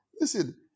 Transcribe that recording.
Listen